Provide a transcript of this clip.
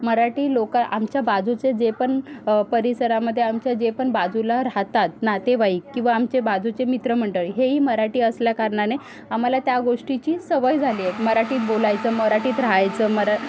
मराठी लोकं आमच्या बाजूचे जे पण परिसरामध्ये आमच्या जे पण बाजूला राहतात नातेवाईक किंवा आमचे बाजूचे मित्र मंडळी हे ही मराठी असल्या कारणाने आम्हाला त्या गोष्टीची सवय झाली आहे मराठीत बोलायचं मराठीत रहायचं मरा